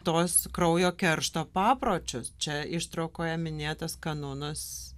tuos kraujo keršto papročius čia ištraukoje minėtas kanunas